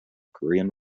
korean